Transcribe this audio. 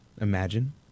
imagine